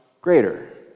greater